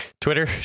Twitter